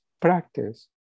practice